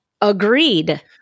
Agreed